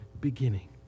beginning